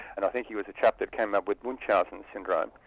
and i think he was the chap that came up with munchausen's syndrome,